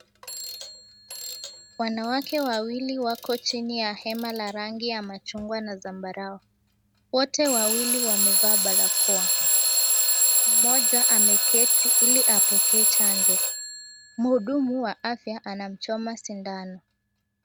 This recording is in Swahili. Wanawake wawili wako chini ya hema la rangi ya machungwa na zambarau, wote wawili wamevaa barakoa, mmoja ameketi iliapokee chanjo, mhudumu wa afya anamchoma sindano.